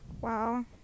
wow